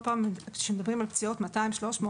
פעם כשמדברים על פציעות עם מספרים של 200 300,